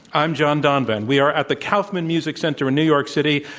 i'm john donvan. we are at the kaufman music center in new york city